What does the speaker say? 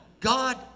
God